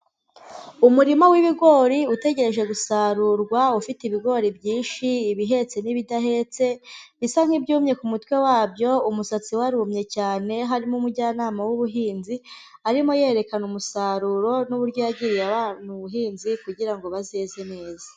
Umurima w'ibigori utegereje gusarurwa ufite ibigori byinshi, ibihetse n'ibidahetse bisa nk'ibyumye ku mutwe wabyo umusatsi warumye cyane, harimo umujyanama w'ubuhinzi arimo yerekana umusaruro n'uburyo yagiriye abantu ubuhinzi kugira ngo bazeze neza.